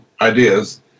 ideas